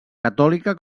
catòlica